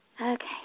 Okay